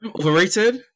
overrated